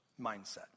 mindset